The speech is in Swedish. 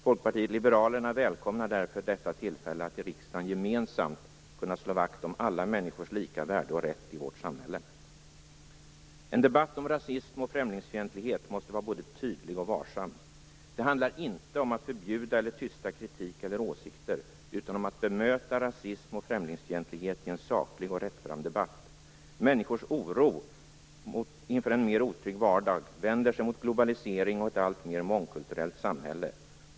Folkpartiet liberalerna välkomnar därför detta tillfälle att i riksdagen gemensamt kunna slå vakt om alla människors lika värde och rätt i vårt samhälle. En debatt om rasism och främlingsfientlighet måste vara både tydlig och varsam. Det handlar inte om att förbjuda eller tysta kritik eller åsikter utan om att bemöta rasism och främlingsfientlighet i en saklig och rättfram debatt. Människors oro inför en mer otrygg vardag vänder sig mot globalisering och ett alltmer mångkulturellt samhälle.